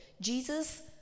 Jesus